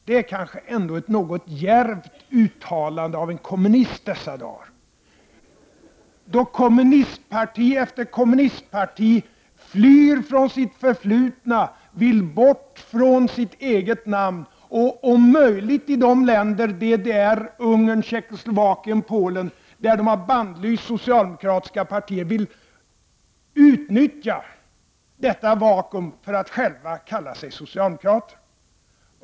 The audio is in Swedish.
Det är kanske ändå ett något djärvt uttalande av en kommunist dessa dagar, då kommunistparti efter kommunistparti flyr från sitt förflutna, vill bort från sitt eget namn och om möjligt, i de länder - DDR, Ungern, Tjeckoslovakien och Polen — där socialdemokratiska partier har bannlysts, vill utnyttja detta vakuum för att själva kalla sig socialdemokrater.